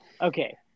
Okay